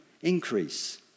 increase